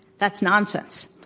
that's nonsense.